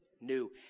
new